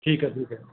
ਠੀਕ ਹੈ ਠੀਕ ਹੈ